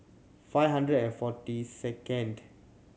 five hundred and forty second